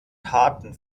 taten